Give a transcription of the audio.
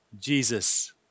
Jesus